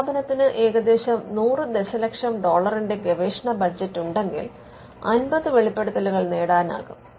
ഒരു സ്ഥാപനത്തിന് ഏകദേശം 100 ദശലക്ഷം ഡോളറിന്റെ ഗവേഷണ ബജറ്റ് ഉണ്ടെങ്കിൽ 50 വെളിപ്പെടുത്തലുകൾ നേടാനാകും